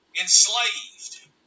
enslaved